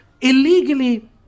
illegally